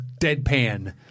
deadpan